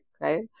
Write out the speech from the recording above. right